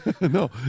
No